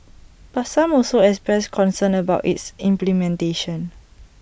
but some also expressed concerns about its implementation